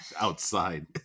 outside